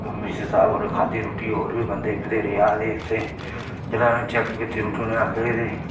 हून बीसी साहब होरें खाद्धी रुट्टी होर बी बंदे बथ्हेरे आए ते उत्थै जेल्लै उनें चैक कीती रुट्टी ते उनें आखेआ कि एहदे